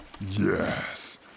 Yes